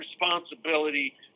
responsibility